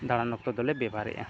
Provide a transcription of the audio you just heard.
ᱫᱟᱬᱟᱱ ᱚᱠᱛᱚ ᱫᱚᱞᱮ ᱵᱮᱵᱚᱦᱟᱨᱮᱫᱼᱟ